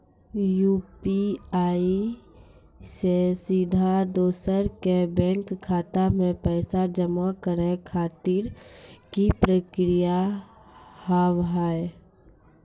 UPI से सीधा दोसर के बैंक खाता मे पैसा जमा करे खातिर की प्रक्रिया हाव हाय?